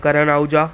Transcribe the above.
Karan Ahuja